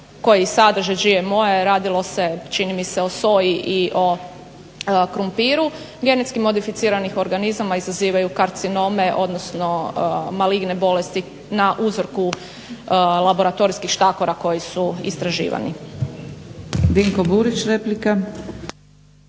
koji sadrže GMO-e, radilo se čini mi se o soji i o krumpiru GMO izazivaju karcinome, odnosno maligne bolesti na uzorku laboratorijskih štakora koji su istraživani. **Zgrebec, Dragica